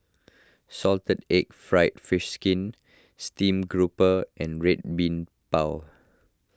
Salted Egg Fried Fish Skin Stream Grouper and Red Bean Bao